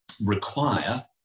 require